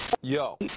Yo